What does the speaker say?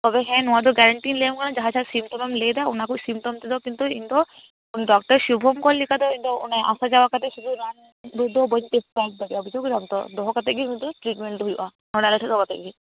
ᱛᱚᱵᱮ ᱦᱮᱸ ᱱᱚᱣᱟ ᱫᱚ ᱜᱮᱨᱮᱱᱴᱤᱧ ᱞᱟ ᱭᱟᱢ ᱠᱟᱱᱟ ᱡᱟᱦᱟᱸ ᱡᱟᱦᱟᱸ ᱥᱤᱢᱴᱚᱢᱮᱢ ᱞᱟ ᱭᱮᱫᱟ ᱚᱱᱟ ᱠᱚᱡ ᱥᱤᱢᱴᱚᱢ ᱛᱮᱫᱚ ᱠᱤᱱᱛᱩ ᱤᱧᱫᱚ ᱰᱚᱠᱴᱚᱨ ᱥᱩᱵᱷᱚᱝᱠᱚᱨ ᱞᱮᱠᱟᱫᱚ ᱤᱧᱫᱚ ᱚᱱᱮ ᱟᱥᱟᱡᱟᱣᱟ ᱠᱟᱛᱮ ᱥᱩᱫᱩ ᱨᱟᱱ ᱥᱩᱢᱩᱫ ᱫᱚ ᱵᱟ ᱧ ᱯᱮᱥᱠᱟᱭᱤᱵ ᱫᱟᱲᱮᱭᱟ ᱼᱟ ᱵᱩᱡᱷᱟ ᱣ ᱠᱮᱫᱟᱢ ᱛᱚ ᱫᱚᱦᱚ ᱠᱟᱛᱮᱜᱮ ᱤᱧᱫᱚ ᱴᱨᱤᱴᱢᱮᱱᱴ ᱫᱚ ᱦᱩᱭᱩᱜ ᱼᱟ ᱚᱱᱟ ᱫᱚᱦᱚ ᱠᱟᱛᱮ ᱜᱮ